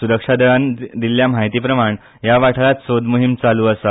सुरक्षा दळान दिल्ल्या म्हायती प्रमाण हया वाठांरात सोदमोहिम चालू आसा